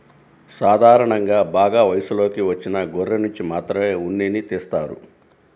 సాధారణంగా బాగా వయసులోకి వచ్చిన గొర్రెనుంచి మాత్రమే ఉన్నిని తీస్తారు